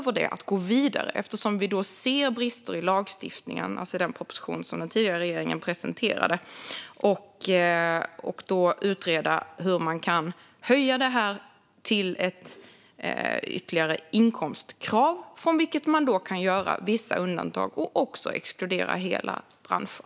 Eftersom vi ser brister i den proposition som den tidigare regeringen presenterade kommer vi i steg två att gå vidare och utreda hur man kan höja det här och lägga till ett inkomstkrav från vilket man kan göra vissa undantag och även exkludera hela branscher.